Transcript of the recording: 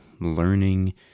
learning